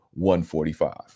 145